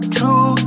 True